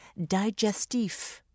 digestif